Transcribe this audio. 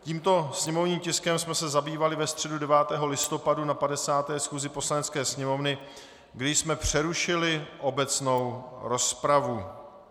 Tímto sněmovním tiskem jsme se zabývali ve středu 9. listopadu na 50. schůzi Poslanecké sněmovny, kdy jsme přerušili obecnou rozpravu.